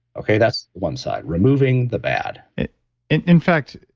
okay? that's one side, removing the bad in in fact,